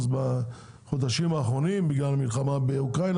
בחודשים האחרונים בגלל המלחמה באוקראינה,